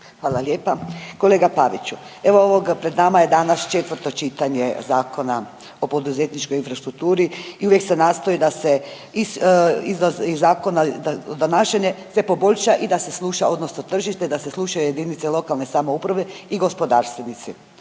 Hvala lijepa. Kolega Pavić, evo ovoga pred nama je danas 4. čitanje Zakona o poduzetničkoj infrastrukturi i uvijek se nastoji da se iz zakona …/Govornik se ne razumije/… se poboljša i da se sluša odnosno tržište da se slušaju JLS i gospodarstvenici,